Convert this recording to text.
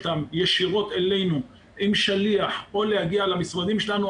ישירות אלינו עם שליח או להגיע למשרדים שלנו,